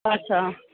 अच्छा